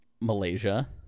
Malaysia